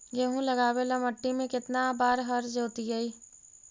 गेहूं लगावेल मट्टी में केतना बार हर जोतिइयै?